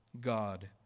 God